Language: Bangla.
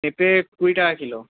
পেঁপে কুড়ি টাকা কিলো